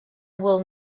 will